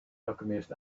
alchemist